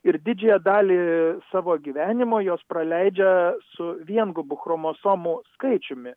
ir didžiąją dalį savo gyvenimo jos praleidžia su viengubu chromosomų skaičiumi